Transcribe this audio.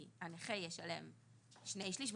כי הנכה ישלם שני שליש.